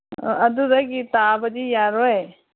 ꯑꯗꯨꯗꯒꯤ ꯇꯥꯕꯗꯤ ꯌꯥꯔꯣꯏ